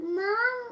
mom